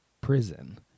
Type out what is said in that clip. prison